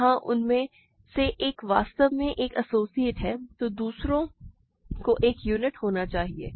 जहां उनमें से एक वास्तव में एक एसोसिएट है तो दूसरे को एक यूनिट होना चाहिए